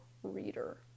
reader